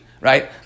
right